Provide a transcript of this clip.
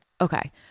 Okay